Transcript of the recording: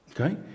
Okay